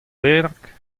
bennak